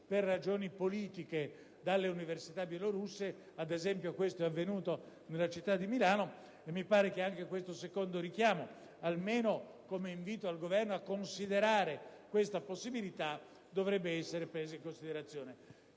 per ragioni politiche dalle università bielorusse (ad esempio, ciò è avvenuto nella città di Milano). Ritengo, pertanto, che anche questo secondo richiamo, almeno come invito al Governo a considerare tale possibilità, debba essere preso in esame.